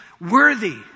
Worthy